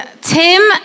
Tim